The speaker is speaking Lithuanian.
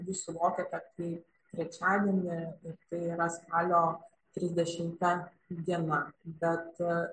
jūs suvokiate kaip trečiadienį ir tai yra spalio trisdešimta diena bet